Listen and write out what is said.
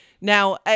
Now